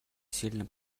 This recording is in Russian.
сильно